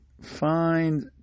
find